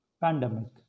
pandemic